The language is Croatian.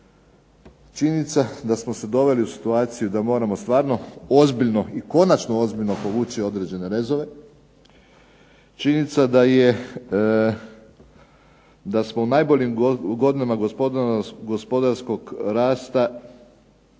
činjenica da smo se doveli u situaciju da moramo konačno povući određene rezove. Činjenica da smo najboljim godinama gospodarskog rasta